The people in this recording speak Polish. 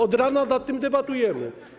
Od rana nad tym debatujemy.